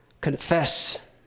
confess